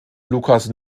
lucas